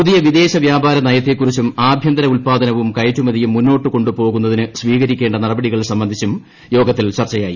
പുതിയ വിദേശ വ്യാപാര നയത്തെക്കുറിച്ചും ആഭ്യന്തര ഉത്പാദനവും കയറ്റുമതിയും മുന്നോട്ടു കൊണ്ടുപോകുന്നതിന് സ്വീകരിക്കേണ്ട നടപ്ടികൾ സംബന്ധിച്ചും യോഗത്തിൽ ചർച്ചയായി